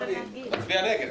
בועז, בוא נסיים.